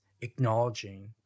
acknowledging